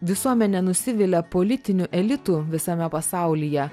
visuomenė nusivilia politiniu elitu visame pasaulyje